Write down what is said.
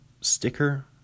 sticker